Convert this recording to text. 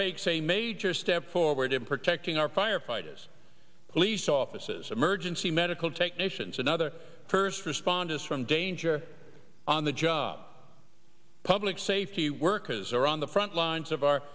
takes a major step forward in protecting our firefighters police officers emergency medical technicians another first responders from danger on the job public safety workers are on the front lines of our